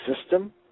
system